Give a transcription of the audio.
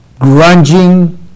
grunging